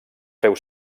féu